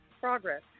progress